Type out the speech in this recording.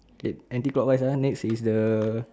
eh anti clockwise ah next is the